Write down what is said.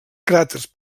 cràters